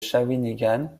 shawinigan